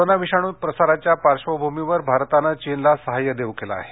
corona विषाणू प्रसाराच्या पार्श्वभूमीवर भारतानं चीनला सहाय्य देऊ केलं आहे